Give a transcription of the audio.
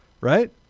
Right